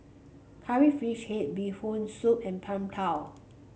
Curry Fish Head Bee Hoon Soup and Png Tao